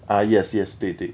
ah yes yes 对对